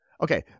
Okay